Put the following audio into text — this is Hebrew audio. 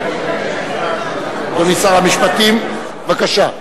אדוני שר המשפטים, בבקשה.